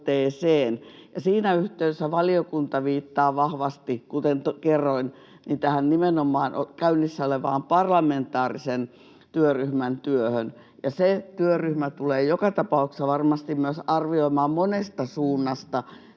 Siinä yhteydessä valiokunta viittaa vahvasti, kuten kerroin, nimenomaan tähän käynnissä olevaan parlamentaarisen työryhmän työhön. Työryhmä tulee joka tapauksessa varmasti myös arvioimaan monesta suunnasta